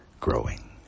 growing